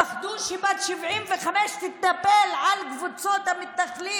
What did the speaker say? פחדו שמישהי בת 75 תתנפל על קבוצות המתנחלים